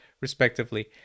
respectively